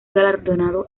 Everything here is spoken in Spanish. galardonado